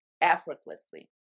effortlessly